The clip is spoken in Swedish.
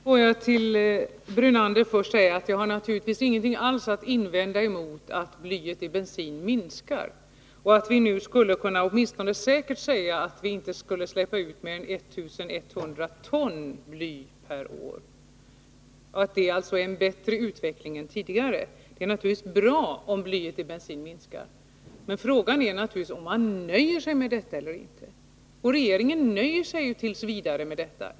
Herr talman! Jag vill till Lennart Brunander först säga: Jag har naturligtvis ingenting alls att invända mot att blyet i bensinen minskar och att vi nu åtminstone skulle kunna säga säkert att vi inte släpper ut mer än 1 100 ton bly per år — att utvecklingen är bättre än tidigare. Det är naturligtvis bra om blyet i bensinen minskar. Men frågan är om man nöjer sig med detta eller inte. Socialdemokratin nöjer sig inte. Regeringen har nöjt sig med detta t. v.